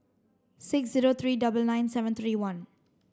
six zero three double nine seven three one